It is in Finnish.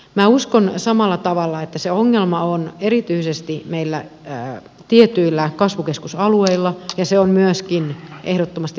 minä uskon samalla tavalla että se ongelma on erityisesti meillä tietyillä kasvukeskusalueilla ja se on myöskin ehdottomasti pääkaupunkiseudulla